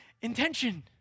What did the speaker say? intention